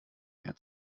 mehr